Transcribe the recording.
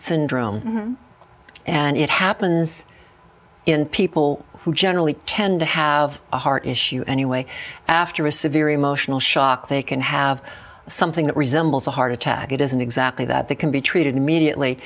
syndrome and it happens in people who generally tend to have a heart issue anyway after a severe emotional shock they can have something that resembles a heart attack it isn't exactly that they can be treated immediately